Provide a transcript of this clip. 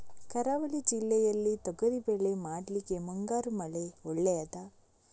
ಕರಾವಳಿ ಜಿಲ್ಲೆಯಲ್ಲಿ ತೊಗರಿಬೇಳೆ ಮಾಡ್ಲಿಕ್ಕೆ ಮುಂಗಾರು ಮಳೆ ಒಳ್ಳೆಯದ?